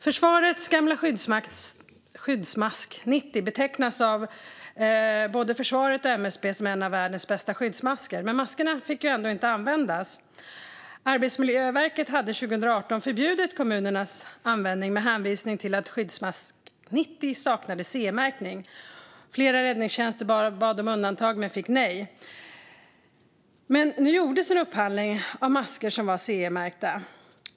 Försvarets gamla Skyddsmask 90 betecknas av både försvaret och MSB som en av världens bästa skyddsmasker, men de maskerna fick ändå inte användas. Arbetsmiljöverket hade 2018 förbjudit kommunernas användning med hänvisning till att skyddsmask 90 saknade CE-märkning. Flera räddningstjänster bad om undantag men fick nej. Men nu gjordes en upphandling av masker som var CE-märkta.